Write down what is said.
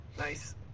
Nice